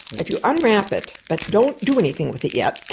if you unwrap it but don't do anything with it yet,